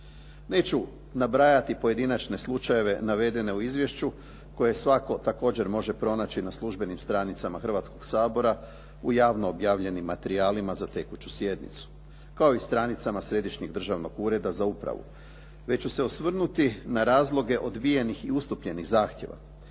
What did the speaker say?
Neću nabrajati pojedinačne slučajeve navedene u izvješću koje svatko također može pronaći na službenim stranicama Hrvatskog sabora u javno objavljenim materijalima za tekuću sjednicu, kao i stranicama Središnjeg državnog ureda za upravu, već ću se osvrnuti na razloge odbijenih i ustupljenih zahtjeva.